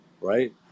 right